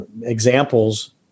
examples